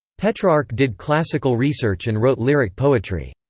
petrarch did classical research and wrote lyric poetry.